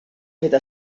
feta